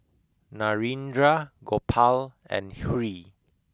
Narendra Gopal and Hri